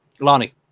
Lonnie